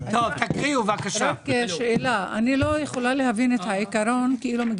רק שאלה: אני לא יכולה להבין את העיקרון של מעל